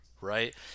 right